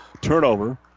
turnover